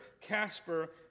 Casper